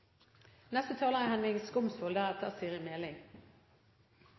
Neste taler er